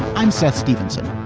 i'm seth stevenson.